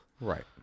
right